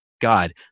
God